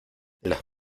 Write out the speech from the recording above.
las